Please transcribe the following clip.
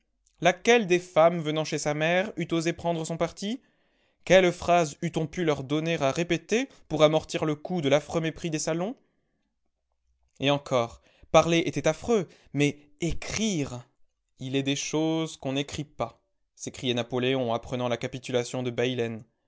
laquelle des femmes venant chez sa mère eût osé prendre son parti quelle phrase eût-on pu leur donner à répéter pour amortir le coup de l'affreux mépris des salons et encore parler était affreux mais écrire il est des choses qu'on n'écrit pas s'écriait napoléon apprenant la capitulation de baylen